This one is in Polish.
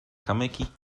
kamyki